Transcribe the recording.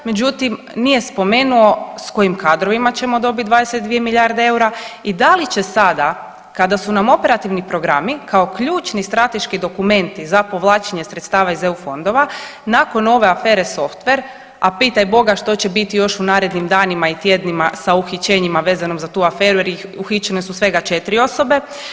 Međutim nije spomenuo sa kojim kadrovima ćemo dobiti 22 milijarde eura i da li će sada kada su nam operativni programi kao ključni strateški dokumenti za povlačenje sredstava iz EU fondova nakon ove afere softver, a pitaj boga što će biti još u narednim danima i tjednima sa uhićenjima vezanim za tu aferu jer uhićene su svega 4 osobe.